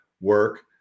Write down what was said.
work